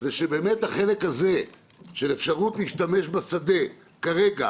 זה שבאמת החלק הזה של אפשרות להשתמש בשדה כרגע